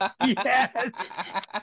Yes